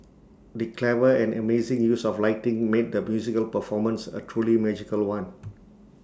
the clever and amazing use of lighting made the musical performance A truly magical one